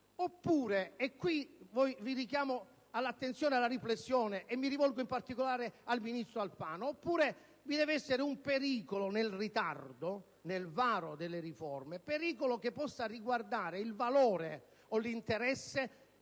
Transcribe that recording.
Oppure - e qui vi richiamo all'attenzione e alla riflessione, e mi rivolgo in particolare al ministro Alfano - vi deve essere un pericolo di ritardo nel varo delle riforme, relativamente al valore o all'interesse